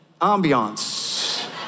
ambiance